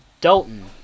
dalton